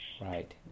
Right